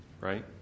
right